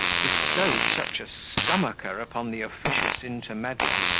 bestowed such a stomacher upon the officious intermeddler,